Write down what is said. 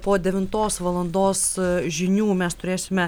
po devintos valandos žinių mes turėsime